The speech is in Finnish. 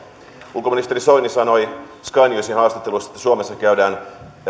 ulkoministeri soini sanoi sky newsin haastattelussa että suomessa käydään